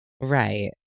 Right